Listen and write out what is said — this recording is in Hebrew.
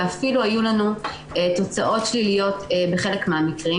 ואפילו היו לנו תוצאות שליליות בחלק מהמקרים.